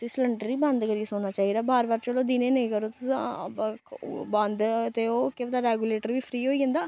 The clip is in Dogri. ते सलैंडर बी बंद करियै सोना चाहिदा बार बार चलो दिनै नेईं करो तुस बंद ते ओह् केह् पता रेगुलेटर बी फ्री होई जंदा